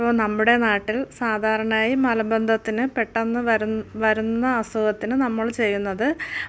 ഇപ്പോൾ നമ്മുടെ നാട്ടിൽ സാധാരണയായി മല ബന്ധത്തിന് പെട്ടെന്ന് വരുന്ന വരുന്ന അസുഖത്തിന് നമ്മൾ ചെയ്യുന്നത്